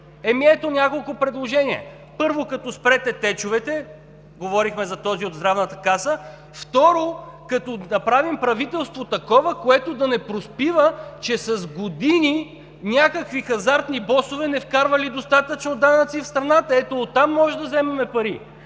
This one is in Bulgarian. Ето няколко предложения. Първо, като спрете течовете – говорихме за тези от Здравната каса; второ, като направим такова правителство, което да не проспива, че някакви хазартни босове с години не вкарвали достатъчно данъци в страната. Ето оттам може да вземем пари.